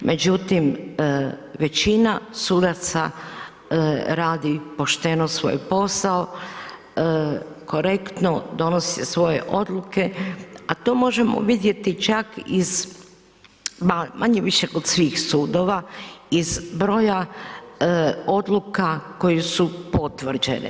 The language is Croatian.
Međutim, većina sudaca radi pošteno svoj posao korektno donose svoje odluke, a to možemo vidjeti manje-više kod svih sudova iz broja odluka koje su potvrđene.